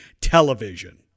television